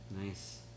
Nice